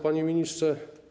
Panie Ministrze!